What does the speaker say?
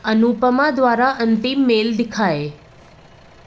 अनुपमा द्वारा अंतिम मेल दिखाएँ